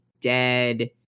dead